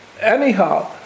Anyhow